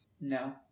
No